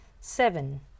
seven